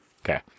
Okay